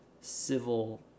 civil